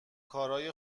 کارای